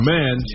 Man